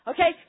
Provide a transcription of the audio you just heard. Okay